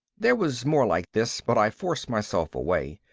there was more like this, but i forced myself away.